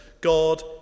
God